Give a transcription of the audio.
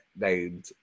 named